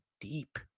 deep